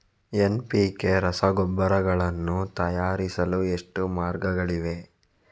NPK ರಸಗೊಬ್ಬರಗಳನ್ನು ತಯಾರಿಸಲು ಎಷ್ಟು ಮಾರ್ಗಗಳಿವೆ?